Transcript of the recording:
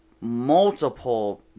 multiple